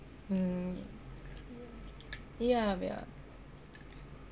mm ya ya